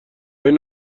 این